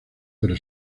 pero